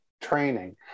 training